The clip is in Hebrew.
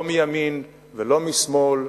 לא מימין ולא משמאל,